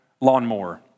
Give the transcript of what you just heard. lawnmower